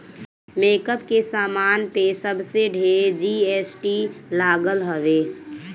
makeup के सामान पे सबसे ढेर जी.एस.टी लागल हवे